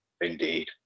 indeed